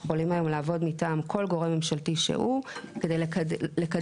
אנחנו יכולים היום לעבוד מטעם כל גורם ממשלתי שהוא כדי לקדם